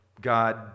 God